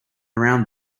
around